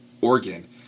organ